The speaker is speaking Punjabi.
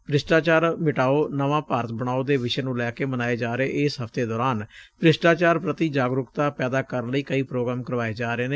ਭ੍ਰਿਸ਼ਟਾਚਾਰ ਮਿਟਾਓ ਨਵਾਂ ਭਾਰਤ ਬਣਾਓ ਦੇ ਵਿਸ਼ੇ ਨੂੰ ਲੈ ਕੇ ਮਨਾਏ ਜਾ ਰਹੇ ਇਸ ਹਫ਼ਤੇ ਦੋਰਾਨ ਭ੍ਰਿਸ਼ਟਾਚਾਰ ਪ੍ਰਤੀ ਜਾਗਰੁਕਤਾ ਪੈਦਾ ਕਰਨ ਲਈ ਕਈ ਪ੍ਰੋਗਰਾਮ ਕਰਵਾਏ ਜਾ ਰਹੇ ਨੇ